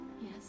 Yes